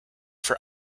for